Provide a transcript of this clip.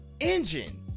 engine